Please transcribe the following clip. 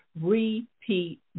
repeat